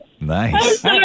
Nice